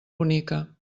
bonica